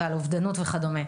על אובדנות וכדומה.